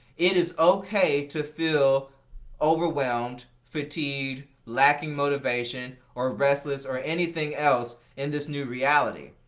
it is okay to feel overwhelmed, fatigued, lacking motivation, or restless or anything else in this new reality.